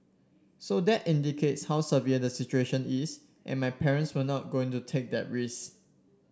so that indicates how severe the situation is and my parents were not going to take that risk